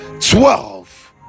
twelve